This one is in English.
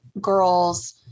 girls